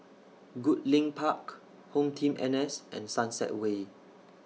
Goodlink Park HomeTeam N S and Sunset Way